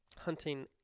hunting